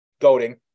goading